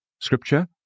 Scripture